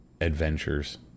adventures